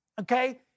Okay